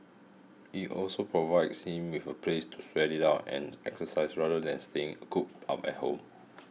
it also provides him with a place to sweat it out and exercise rather than staying cooped up at home